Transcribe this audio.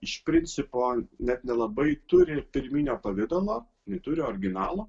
iš principo net nelabai turi pirminio pavidalo neturi originalo